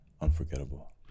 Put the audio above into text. unforgettable